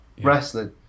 wrestling